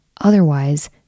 otherwise